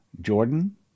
Jordan